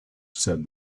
said